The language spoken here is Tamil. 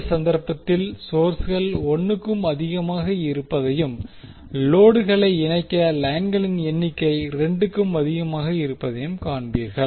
இந்த சந்தர்ப்பங்களில் சோர்ஸ்கள் 1 க்கும் அதிகமாக இருப்பதையும் லோடுகளை இணைக்க லைன்களின் எண்ணிக்கையும் 2 க்கும் அதிகமாக இருப்பதையும் காண்பீர்கள்